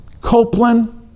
Copeland